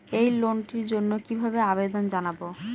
এই লোনটির জন্য কিভাবে আবেদন জানাবো?